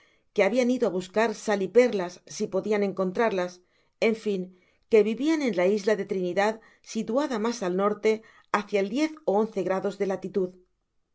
que habian ido á buscar sal y perlas si podian encontrarlas en fin que vivian en la isla de trinidad situada mas al norte hácia el diez ó once grados de lalitud yendo